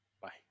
Bye